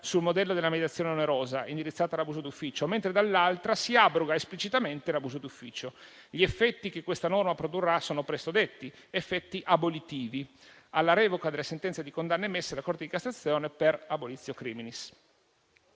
sul modello della mediazione onerosa indirizzata all'abuso d'ufficio, mentre dall'altra si abroga esplicitamente l'abuso d'ufficio. Gli effetti che questa norma produrrà sono presto detti: effetti abolitivi, con la revoca delle sentenze di condanna emesse dalla Corte di cassazione per *abolitio criminis*.